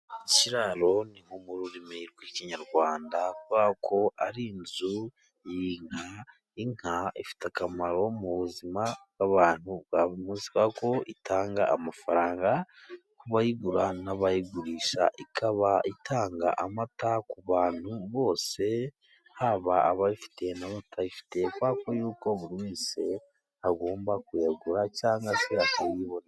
Ikiraro ni nko mu rurimi rw'ikinyarwanda kuko ari inzu y'inka. Inka ifite akamaro mu buzima bw'abantu bwa buri munsi, kubera ko itanga amafaranga ku bayigura, n'abayigurisha. Ikaba itanga amata ku bantu bose. Haba abayifite n'abatayifite kuko buri wese agomba kuyagura cyangwa se akayibona.